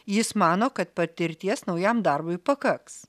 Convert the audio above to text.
jis mano kad patirties naujam darbui pakaks